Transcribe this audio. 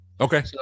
okay